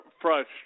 frustrated